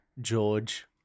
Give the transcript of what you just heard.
George